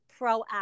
proactive